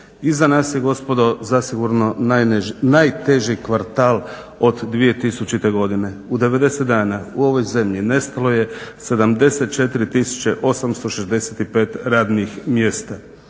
Iza nas je gospodo zasigurno najteži kvartal od 2000 godine. U 90 dana u ovoj zemlji nestalo je 74 865 radnih mjesta,